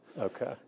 Okay